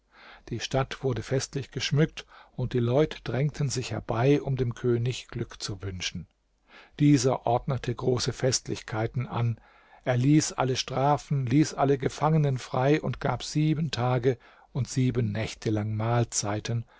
die stadt wurde festlich geschmückt und die leute drängten sich herbei um dem könig glück zu wünschen dieser ordnete große festlichkeiten an erließ alle strafen ließ alle gefangenen frei und gab sieben tage und sieben nächte lang mahlzeiten